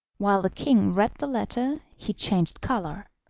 while the king read the letter he changed colour.